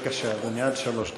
בבקשה, אדוני, עד שלוש דקות.